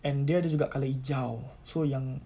and dia ada juga colour hijau so yang